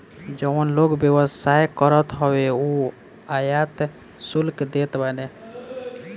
जवन लोग व्यवसाय करत हवन उ आयात शुल्क देत बाने